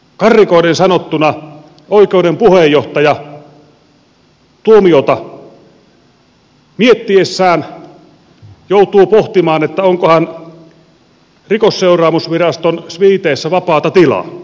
karrikoiden sanottuna oikeuden puheenjohtaja tuomiota miettiessään joutuu pohtimaan onkohan rikosseuraamusviraston sviiteissä vapaata tilaa